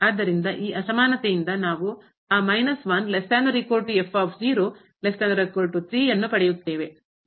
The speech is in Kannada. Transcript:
ಆದ್ದರಿಂದ ಈ ಅಸಮಾನತೆಯಿಂದ ನಾವು ಆ ಅನ್ನು ಪಡೆಯುತ್ತೇವೆ